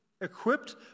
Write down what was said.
equipped